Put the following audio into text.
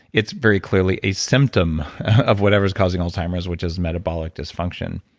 it's very clearly a symptom of whatever's causing alzheimer's, which is metabolic dysfunction.